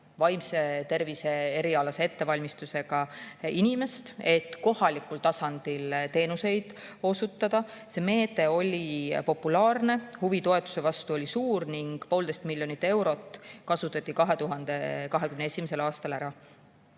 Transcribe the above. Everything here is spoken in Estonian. vaimse tervise erialase ettevalmistusega inimese, et kohalikul tasandil teenuseid osutada. See meede oli populaarne, huvi toetuse vastu oli suur ning poolteist miljonit eurot kasutati 2021. aastal ära.